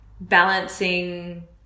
balancing